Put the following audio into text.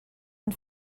and